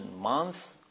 months